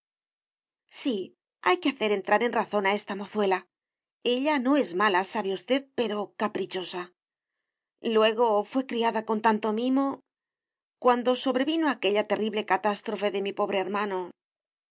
sí hay que hacer entrar en razón a esta mozuela ella no es mala sabe usted pero caprichosa luego fué criada con tanto mimo cuando sobrevino aquella terrible catástrofe de mi pobre hermano